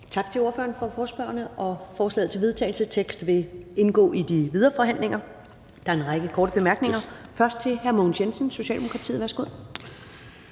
Tak til ordføreren for forespørgerne. Forslaget til vedtagelse vil indgå i de videre forhandlinger. Der er en række korte bemærkninger, først fra hr. Mogens Jensen, Socialdemokratiet. Værsgo.